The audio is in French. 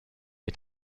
est